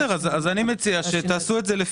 אני מציע שתעשו את זה.